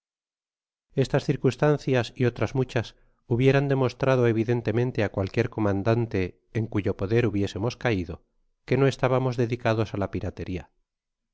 estas circunstancias y otras muchas hubieran demos trado evidentemente á cualquier comandante en cuyo poder hubiésemos caido que no estábamos dedicados a la pirateria